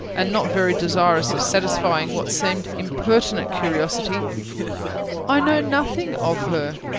and not very desirous of satisfying what seemed impertinent curiosity i know nothing of her.